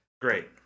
Great